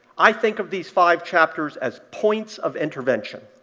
i think of these five chapters as points of intervention,